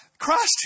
Christ